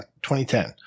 2010